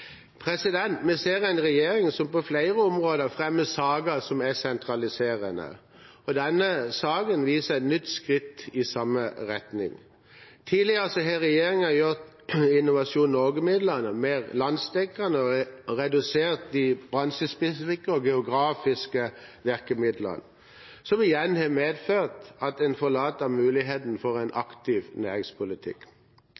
Vi ser en regjering som på flere områder fremmer saker som er sentraliserende. Denne saken viser et nytt skritt i samme retning. Tidligere har regjeringen gjort Innovasjon Norge-midlene mer landsdekkende og redusert de bransjespesifikke og geografiske virkemidlene, noe som igjen har medført at en forlater muligheten for en